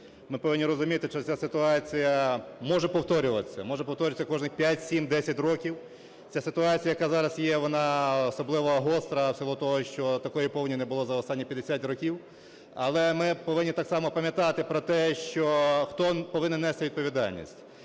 Ми повинні розуміти, що ця ситуація може повторюватися, може повторюватися кожні 5-7-10 років. Ця ситуація, яка зараз є, вона особливо гостра в силу того, що такої повені не було за останні 50 років, але ми повинні так само пам'ятати про те, що хто повинен нести відповідальність.